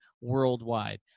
worldwide